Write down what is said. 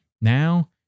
Now